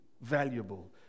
valuable